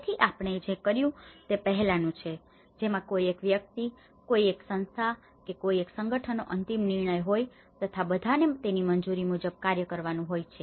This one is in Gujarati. તેથી આપણે જે કર્યું તે પહેલાનું છે જેમાં કોઈ એક વ્યક્તિક કોઈ એક સંસ્થા કે કોઈ એક સંગઠનનો અંતિમ નિર્ણય હોય તથા બધાને તેની મંજૂરી મુજબ કાર્ય કરવાનું હોય છે